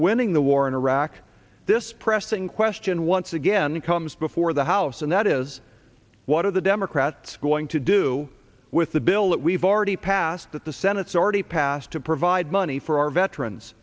winning the war in iraq this pressing question once again comes before the house and that is what are the democrats going to do with the bill that we've already passed that the senate's already passed to provide money for our veterans